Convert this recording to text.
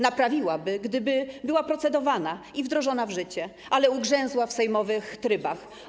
Naprawiłaby, gdyby była procedowana i wdrożona w życie, ale ugrzęzła w sejmowych trybach.